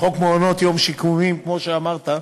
האם בכוונתך לשנות את התקנות כך שילד שאובחן